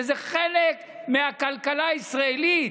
שזה חלק מהכלכלה הישראלית.